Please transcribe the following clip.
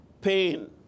pain